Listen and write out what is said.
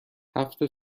هفت